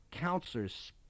counselors